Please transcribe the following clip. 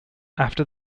after